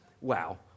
Wow